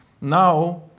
Now